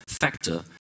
factor